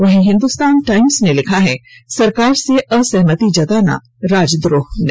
वहीं हिन्दुस्तान टाइम्स ने लिखा है सरकार से असहमति जताना राजद्रोह नहीं